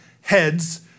heads